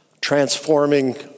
transforming